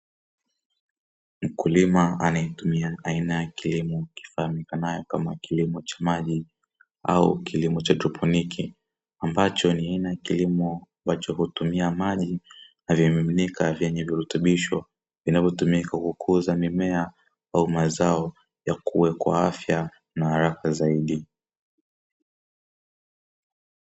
Mkulima amayetumia aina ya kilimo kifahamikacho kama kilimo cha maji au kilimo cha haidroponi, ambacho ni aina ya kilimo ambacho hutumia maji na vimiminika vyenye virutubisho vinavyotumika kukuza mimea au mazao yakue kwa afya na haraka zaidi.